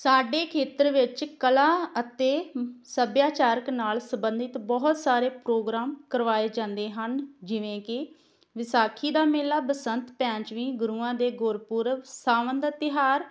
ਸਾਡੇ ਖੇਤਰ ਵਿੱਚ ਕਲਾ ਅਤੇ ਸੱਭਿਆਚਾਰਕ ਨਾਲ ਸੰਬੰਧਿਤ ਬਹੁਤ ਸਾਰੇ ਪ੍ਰੋਗਰਾਮ ਕਰਵਾਏ ਜਾਂਦੇ ਹਨ ਜਿਵੇਂ ਕਿ ਵਿਸਾਖੀ ਦਾ ਮੇਲਾ ਬਸੰਤ ਪੰਚਮੀ ਗੁਰੂਆਂ ਦੇ ਗੁਰਪੁਰਬ ਸਾਵਨ ਦਾ ਤਿਉਹਾਰ